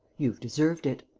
you've deserved it.